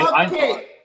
Okay